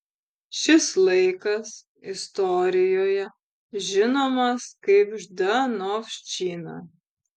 šis laikas istorijoje žinomas kaip ždanovščina